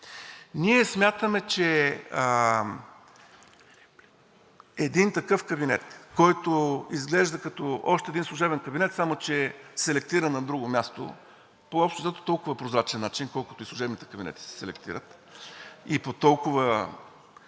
Ние смятаме, че един такъв кабинет, който изглежда като още един служебен кабинет, само че селектиран на друго място, по общо взето толкова прозрачен начин, колкото и служебните кабинети се селектират, и по толкова